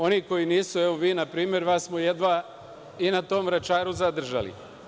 Oni koji nisu, evo vi na primer, vas smo jedva i na tom Vračaru zadržali.